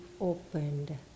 opened